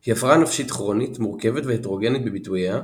היא הפרעה נפשית כרונית מורכבת והטרוגנית בביטוייה,